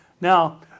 Now